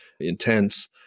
intense